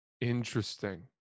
Interesting